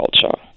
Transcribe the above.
culture